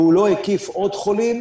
והוא לא הקיף עוד חולים,